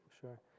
Sure